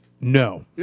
No